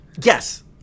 Yes